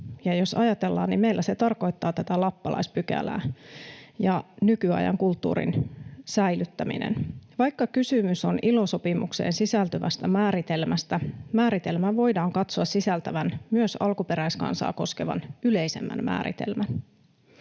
jos ajatellaan, niin meillä se tarkoittaa tätä lappalaispykälää — ja nykyajan kulttuurin säilyttäminen. Vaikka kysymys on ILO-sopimukseen sisältyvästä määritelmästä, määritelmän voidaan katsoa sisältävän myös alkuperäiskansaa koskevan yleisemmän määritelmän.